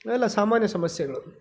ಇವೆಲ್ಲ ಸಾಮಾನ್ಯ ಸಮಸ್ಯೆಗಳು